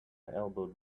elbowed